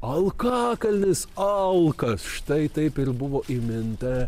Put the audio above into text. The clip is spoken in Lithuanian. alkakalnis alkas štai taip ir buvo įminta